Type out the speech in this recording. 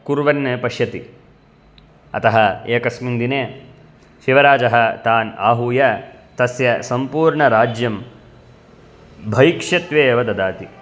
कुर्वन् पश्यति अतः एकस्मिन् दिने शिवराजः तान् आहूय तस्य सम्पूर्णराज्यं भैक्षत्वे एव ददाति